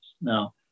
now